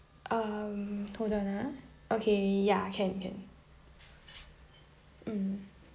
um hold on ah okay ya can can mm